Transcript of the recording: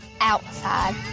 outside